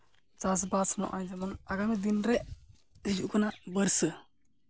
ᱪᱟᱥᱼᱵᱟᱥ ᱱᱚᱜᱼᱚᱭ ᱡᱮᱢᱚᱱ ᱟᱜᱟᱢᱤ ᱫᱤᱱᱨᱮ ᱦᱤᱡᱩᱜ ᱠᱟᱱᱟ ᱵᱚᱨᱥᱟ